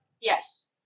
Yes